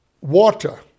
Water